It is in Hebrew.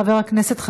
חבר הכנסת חסון,